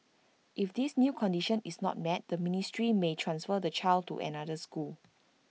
if this new condition is not met the ministry may transfer the child to another school